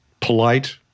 polite